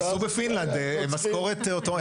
עשו בפינלנד משכורת, איך זה נקרא?